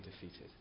defeated